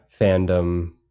fandom